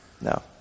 No